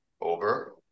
over